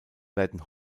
werden